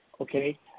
okay